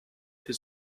für